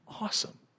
awesome